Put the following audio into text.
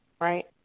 Right